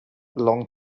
long